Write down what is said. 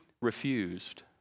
refused